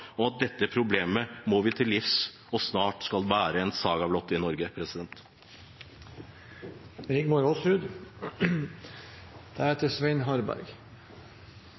Dette problemet må vi til livs, slik at det snart vil være en saga blott i Norge.